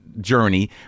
journey